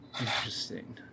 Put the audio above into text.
Interesting